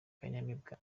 kanyamibwa